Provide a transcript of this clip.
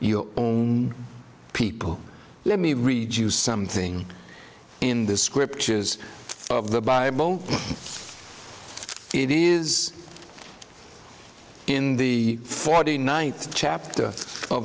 your own people let me read you something in the scriptures of the bible it is in the forty ninth chapter o